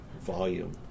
volume